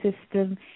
system